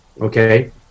okay